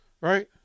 Right